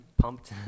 pumped